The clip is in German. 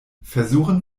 versuchen